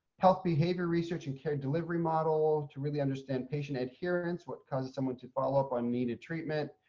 health behavior research and care delivery model to really understand patient adherence. what causes someone to follow up on needed treatment.